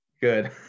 Good